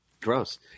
Gross